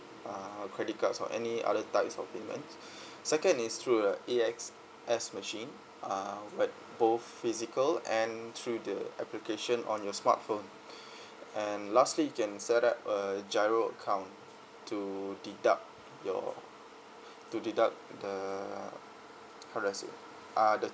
uh credit cards or any other types of payments second is through the A_X_S machine uh with both physical and through the application on your smartphone and lastly you can set up a G_I_R_O account to deduct your to deduct the how do I say uh the